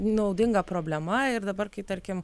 naudinga problema ir dabar kai tarkim